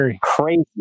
crazy